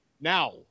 Now